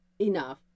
enough